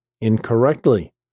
incorrectly